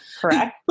Correct